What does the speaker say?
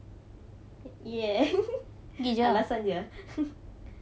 ya alasan jer